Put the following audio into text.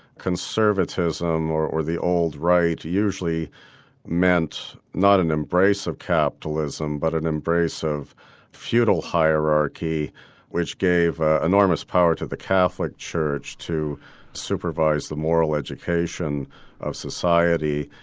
conservatism or or the old right, usually meant not an embrace of capitalism but an embrace of feudal hierarchy which gave enormous power to the catholic church to supervise the moral education of society.